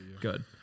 good